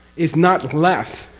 is not less